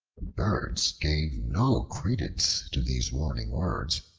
birds gave no credence to these warning words,